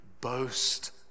boast